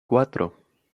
cuatro